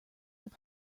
your